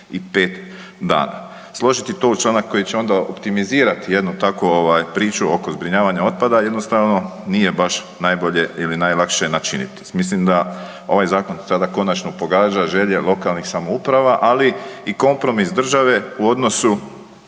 Složiti to u članak koji će onda optimizirati jednu tako priču oko zbrinjavanja otpada jednostavno nije baš najbolje ili najlakše načiniti. Mislim da ovaj zakon sada konačno pogađa želje lokalnih samouprava, ali i kompromis države u odnosu